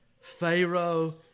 Pharaoh